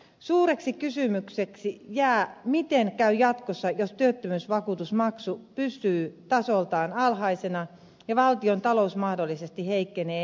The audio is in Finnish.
suureksi kysymykseksi jää miten käy jatkossa jos työttömyysvakuutusmaksu pysyy tasoltaan alhaisena ja valtion talous mahdollisesti heikkenee entisestään